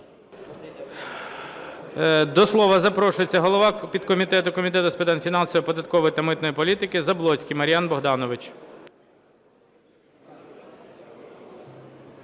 До слова запрошується голова підкомітету Комітету з питань фінансової, податкової та митної політики Заблоцький Мар'ян Богданович.